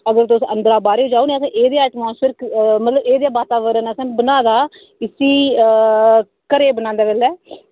अगर तुस अंदरा बाहरै गी जाओ ना ते एह् निहां वातावरण असें बनाये दा की घरै गी बनांदे बेल्लै